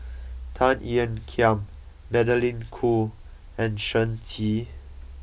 Tan Ean Kiam Magdalene Khoo and Shen Xi